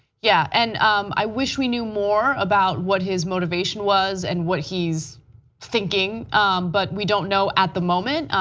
yeah. and um i wish we knew more about what his motivation was and what he is thinking but we don't know at the moment,